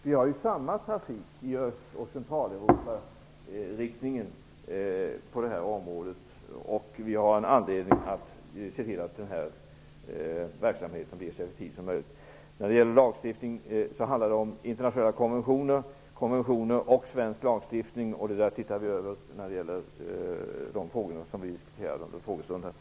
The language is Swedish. Vi har ju samma trafik i Öst och Centraleuropariktningen på det här området, och vi har anledning att se till att verksamheten blir så effektiv som möjlig. När det gäller lagstiftningen handlar det om internationella konventioner och svensk lagstiftning. Vi gör en översyn när det gäller de frågor som vi diskuterade under en frågestund här.